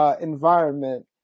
Environment